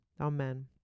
Amen